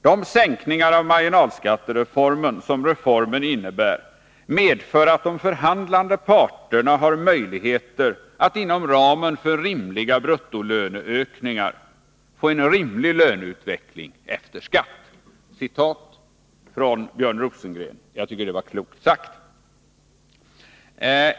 De sänkningar av marginalskatten som reformen innebär medför att de förhandlande parterna har möjligheter att inom ramen för rimliga bruttolöneökningar få en rimlig löneutveckling efter skatt.” — Jag tycker det är klokt sagt.